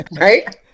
Right